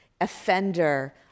offender